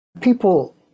people